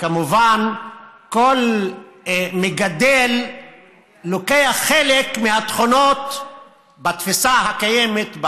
וכמובן כל מגדל לוקח חלק מהתכונות בתפיסה הקיימת,